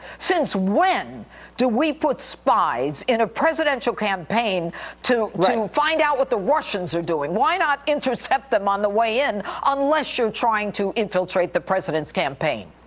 since when do we put spies in a presidential campaign to find out what the russians are doing? why not intercept them on the way in unless you're trying to infiltrate the president's campaign?